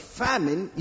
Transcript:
famine